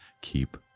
keep